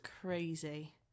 crazy